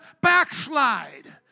backslide